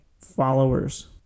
followers